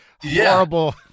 horrible